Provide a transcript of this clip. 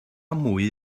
mwy